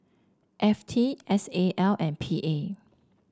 F T S A L and P A